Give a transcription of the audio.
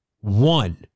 one